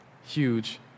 huge